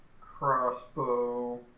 Crossbow